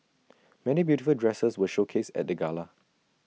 many beautiful dresses were showcased at the gala